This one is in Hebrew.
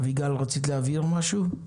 אביגל, רצית להבהיר משהו?